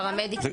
פרמדיקים,